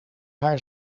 haar